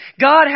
God